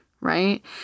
right